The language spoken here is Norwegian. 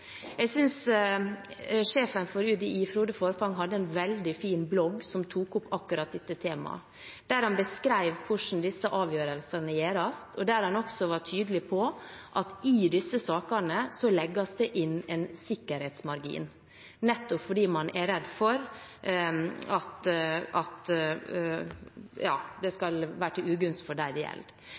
Jeg synes sjefen for UDI, Frode Forfang, hadde en veldig fin blogg som tok opp akkurat dette temaet, der han beskrev hvordan disse avgjørelsene gjøres, og der han også var tydelig på at i disse sakene legges det inn en sikkerhetsmargin – nettopp fordi man er redd for at det skal være til ugunst for dem det gjelder.